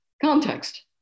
context